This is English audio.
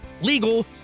legal